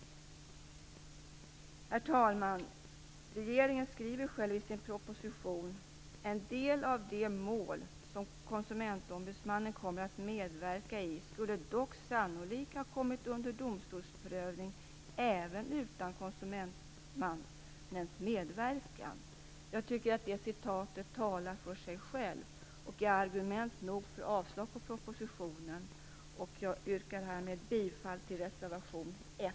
Herr talman! Regeringen skriver i sin proposition: "En del av de mål som KO kommer att medverka i skulle dock sannolikt ha kommit under domstolsprövning även utan KO:s medverkan." Det citatet talar för sig självt och är argument nog för avslag på propositionen. Jag yrkar härmed bifall till reservationen.